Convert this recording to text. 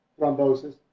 thrombosis